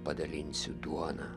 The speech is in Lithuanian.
padalinsiu duoną